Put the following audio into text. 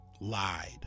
lied